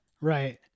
Right